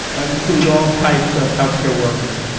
ah include all types of healthcare workers,